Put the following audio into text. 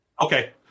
Okay